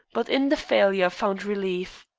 but in the failure found relief.